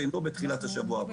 ואם לא בתחילת השבוע הבא.